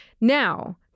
Now